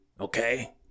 okay